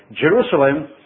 Jerusalem